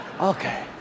Okay